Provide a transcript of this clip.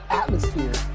atmosphere